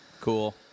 cool